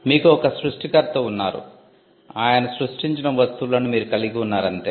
మీకు ఒక సృష్టికర్త ఉన్నారు అయన సృష్టించిన వస్తువులను మీరు కలిగి ఉన్నారు అంతే